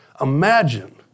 Imagine